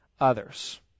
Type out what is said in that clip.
others